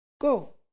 Go